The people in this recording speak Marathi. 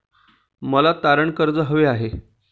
मला तारण कर्ज हवे आहे